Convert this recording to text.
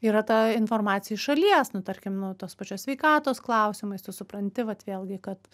yra ta informacija iš šalies nu tarkim nu tos pačios sveikatos klausimais tu supranti vat vėlgi kad